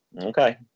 okay